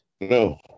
No